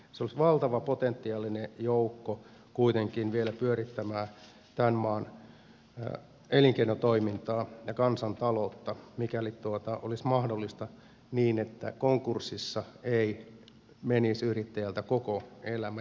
se olisi valtava potentiaalinen joukko kuitenkin vielä pyörittämään tämän maan elinkeinotoimintaa ja kansantaloutta mikäli olisi mahdollista niin että konkurssissa ei menisi yrittäjältä koko elämä